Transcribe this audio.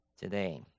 today